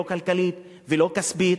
לא כלכלית ולא כספית,